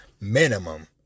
minimum